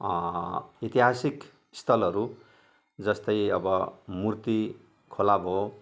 ऐतिहासिक स्थलहरू जस्तै अब मूर्ति खोला भयो